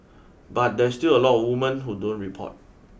but there's still a lot of women who don't report